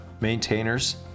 maintainers